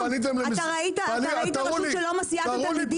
תראו לי פנייה.